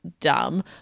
dumb